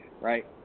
right